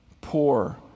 poor